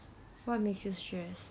what makes you stressed